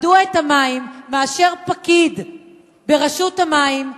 מדוע את המים מאשר פקיד ברשות המים?